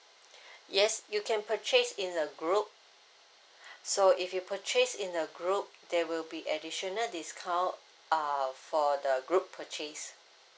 yes you can purchase in a group so if you purchase in a group there will be additional discount uh for the group purchase